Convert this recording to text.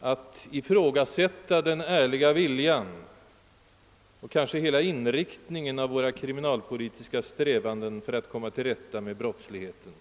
att ifrågasätta t.o.m. den ärliga viljan och kanske hela inriktningen av våra kriminalpolitiska strävanden att komma till rätta med brottsligheten.